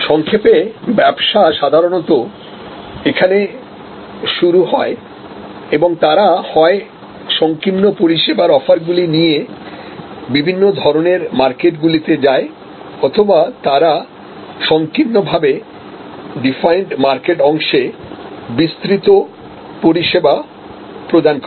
সংক্ষেপে ব্যবসা সাধারণত এখানে শুরু হয় এবং তারা হয় সংকীর্ণ পরিষেবার অফারগুলি নিয়ে বিভিন্ন ধরণের মার্কেটগুলিতে যায় অথবা তারা সংকীর্ণ ভাবে ডিফাইন্ড মার্কেট অংশে বিস্তৃত পরিষেবা প্রদান করে